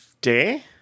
day